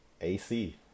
AC